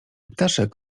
ptaszek